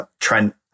Trent